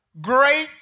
great